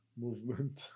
movement